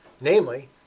Namely